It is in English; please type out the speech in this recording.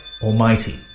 Almighty